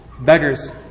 beggars